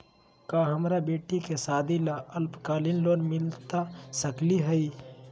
का हमरा बेटी के सादी ला अल्पकालिक लोन मिलता सकली हई?